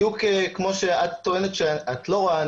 בדיוק כמו שאת טוענת שאת לא רואה,